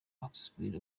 asbl